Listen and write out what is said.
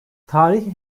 tarih